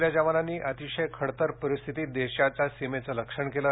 आपल्या जवानांनी अतिशय खडतर परिस्थितीत देशाच्या सीमेचं रक्षण केलं